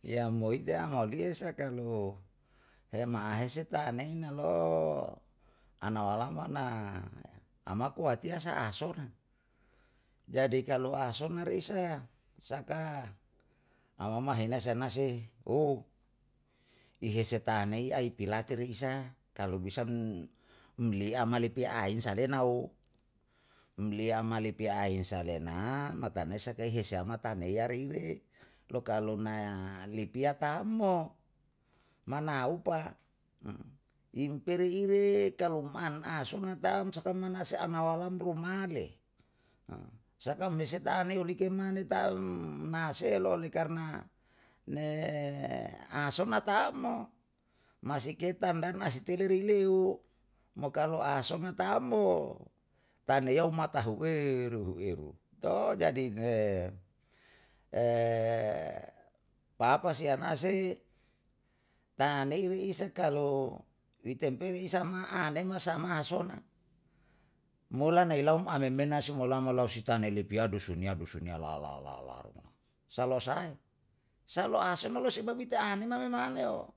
Yam moite maudia sa kalu, hem ma'ahese ta'ane na lo, ana walama na amako atiya sa'a sora. Jadi kalu asona re isa, saka amama henai sana sehe, i hese tanei aipilate re isa kalu bisa um um liama lepe ain sa lena um lia ama lipiya ainsa le na, matanesa ke hesie hamata ne yare iwe. lo kalu na lipia tam mo, mana aupa, impere ire kalu um an asoma tam saka mana se anam walam rumale. Saka umhese taneiyo like mane tam, maselo`oleh karna ne asoma tam mo. Masike tam dan asitelere li leo, mo kalu asoma tam mo, taniyau mata hueru hueru. Jadi papasi anasei tanei re isa kalu ri tempeli isamha nem masama asona, mola nai lau ameme na si molao molao si tane lipia dusun yau dusun yau dusun yau la la la ruma. Salowa sahae? Sa lo'a sono lo sebab ite anema me maneo,